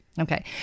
Okay